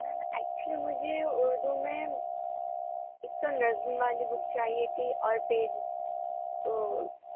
میم actually مجھے اردو میں ایک تو نظم والی بک چاہیے تھی اور بھی او